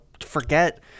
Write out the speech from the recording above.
forget